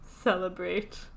celebrate